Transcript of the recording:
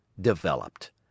developed